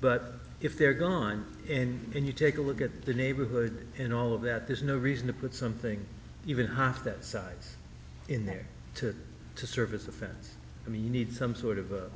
but if they're gone in and you take a look at the neighborhood and all of that there's no reason to put something even half that size in there to to service a fence i mean you need some sort of a